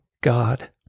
God